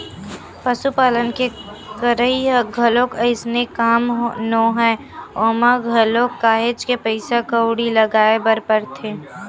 पसुपालन के करई ह घलोक अइसने काम नोहय ओमा घलोक काहेच के पइसा कउड़ी लगाय बर परथे